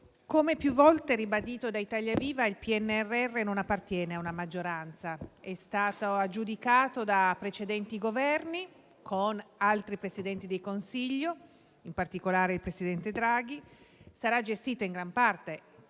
come più volte ribadito da Italia Viva, il PNRR non appartiene a una maggioranza, ma è stato aggiudicato da precedenti Governi con altri Presidenti del Consiglio, in particolare il presidente Draghi, e sarà gestito in gran parte